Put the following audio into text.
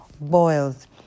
boils